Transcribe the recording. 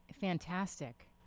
fantastic